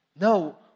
no